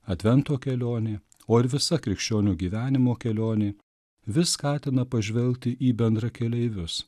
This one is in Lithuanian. advento kelionė o ir visa krikščionių gyvenimo kelionė vis skatina pažvelgti į bendrakeleivius